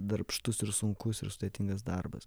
darbštus ir sunkus ir sudėtingas darbas